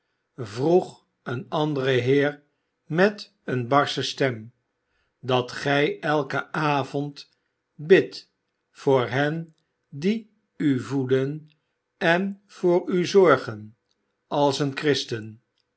vroeg een andere heer met eene barsche stem dat gij eiken avond bidt voor hen die u voeden en voor u zorgen als een christen